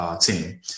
team